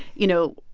you know,